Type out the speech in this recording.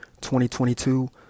2022